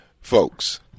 folks